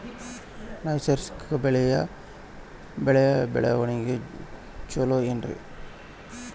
ನೈಸರ್ಗಿಕ ಬೆಳೆಯ ಬೆಳವಣಿಗೆ ಚೊಲೊ ಏನ್ರಿ?